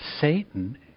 Satan